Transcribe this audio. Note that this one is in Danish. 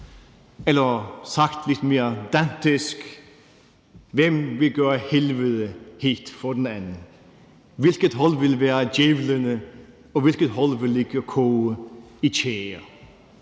Eller sagt mere som Dante: Hvem vil gøre helvede hedt for den anden, hvilket hold vil være djævlene, og hvilket hold vil ligge og koge i tjære?